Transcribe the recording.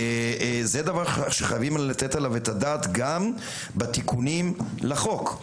זה דבר שצריך לתת עליו את הדעת גם בתיקונים לחוק,